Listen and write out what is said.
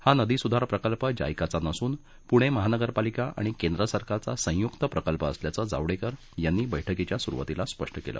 हा नदी सुधार प्रकल्प जायकाचा नसून पुणे महानगरपालिका आणि केंद्र सरकारचा संयुक्त प्रकल्प असल्याचं जावडेकर यांनी बैठकीच्या सुरुवातीला स्पष्ट केलं